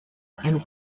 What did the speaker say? and